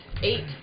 Eight